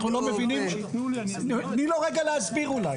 תמי תני לו רגע להסביר אולי?